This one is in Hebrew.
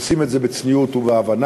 עושים את זה בצניעות ובהבנה.